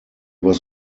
was